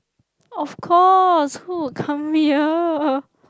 of course who would come here